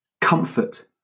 comfort